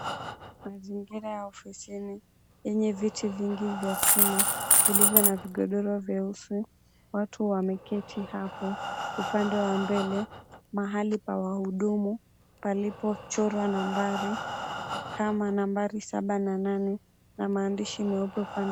Mazingira ya ofisini yenye viti vingi vya chuma vilivyo na vigodoro vya ozi, watuwamekaa hapo upande wa mbele mahali pa wahudumu palipochorwa nambari kama nambari saba na nane na maandishi meupe vile.